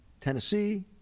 Tennessee